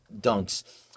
dunks